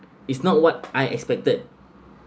it's not what I expected